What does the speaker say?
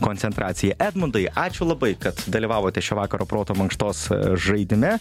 koncentraciją edmundai ačiū labai kad dalyvavote šio vakaro proto mankštos žaidime